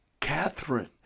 Catherine